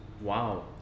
Wow